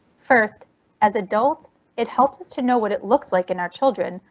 first as adult it helps us to know what it looks like in our children,